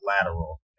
lateral